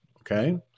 okay